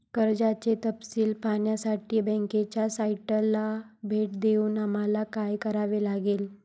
कर्जाचे तपशील पाहण्यासाठी बँकेच्या साइटला भेट देऊन आम्हाला काय करावे लागेल?